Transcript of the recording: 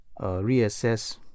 reassess